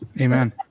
Amen